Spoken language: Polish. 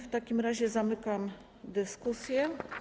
W takim razie zamykam dyskusję.